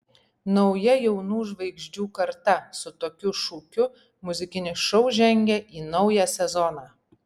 nauja jaunų žvaigždžių karta su tokiu šūkiu muzikinis šou žengia į naują sezoną